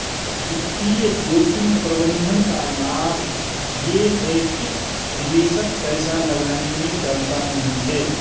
वित्तीय जोखिम प्रबंधन का लाभ ये है कि निवेशक पैसा लगाने में डरता नहीं है